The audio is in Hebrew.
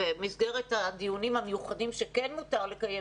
ובמסגרת הדיונים המיוחדים שמותר לקיים